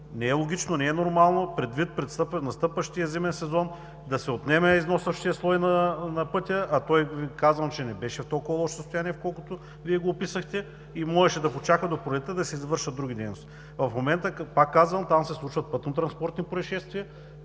не е логично, не е нормално предвид настъпващия зимен сезон, да се отнеме износващият слой на пътя, а той не беше в толкова лошо състояние, колкото Вие го описахте, и можеше да почака до пролетта, за да се извършат други дейности. В момента, пак казвам, там се случват пътнотранспортни произшествия,